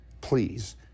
Please